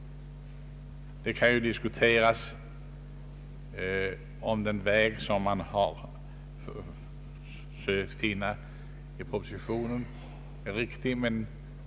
Det kan diskuteras, om den väg som man har sökt finna i propositionen är riktig.